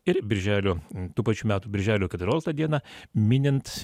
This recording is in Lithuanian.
ir birželio tų pačių metų birželio keturioliktą dieną minint